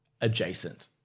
adjacent